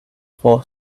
for